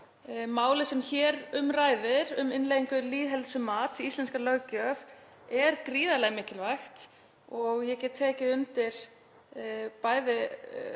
Málið sem hér um ræðir, um innleiðingu lýðheilsumats í íslenska löggjöf, er gríðarlega mikilvægt. Ég get tekið undir bæði